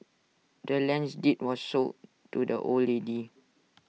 the land's deed was sold to the old lady